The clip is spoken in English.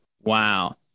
Wow